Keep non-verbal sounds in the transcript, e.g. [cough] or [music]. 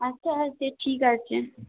আচ্ছা [unintelligible] ঠিক আছে